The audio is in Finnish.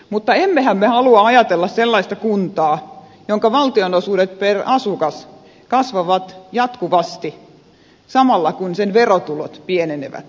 mutta emmehän me halua ajatella sellaista kuntaa jonka valtionosuudet per asukas kasvavat jatkuvasti samalla kun sen verotulot pienenevät